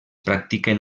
practiquen